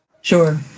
Sure